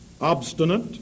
Obstinate